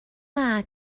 dda